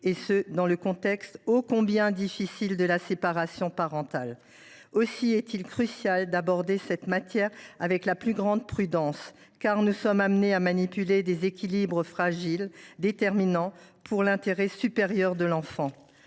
dans le contexte ô combien difficile de la séparation parentale. Aussi est il crucial d’aborder cette matière avec la plus grande prudence, car nous sommes amenés à manipuler des équilibres fragiles, déterminants pour l’intérêt supérieur de l’enfant.